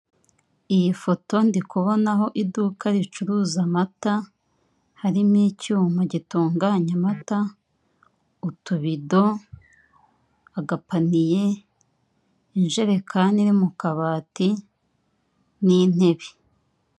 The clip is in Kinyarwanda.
Iyi foto ndikubonaho iduka ricuruza amata harimo icyuma gitunganya amata, utubido, agapaniye, ijerekani iri mu kabati n'intebe.